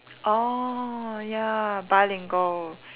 oh ya bilingual